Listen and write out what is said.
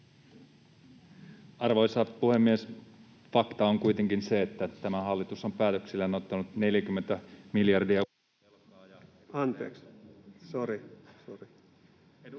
Arvoisa puhemies! Fakta on kuitenkin se, että tämä hallitus on päätöksillään ottanut 40 miljardia uutta velkaa, ja...